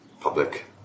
Public